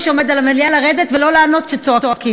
שעומד על הבמה במליאה לרדת ולא לענות כשצועקים.